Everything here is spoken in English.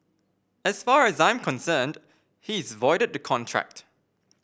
as far as I'm concerned he is voided the contract